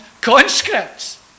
conscripts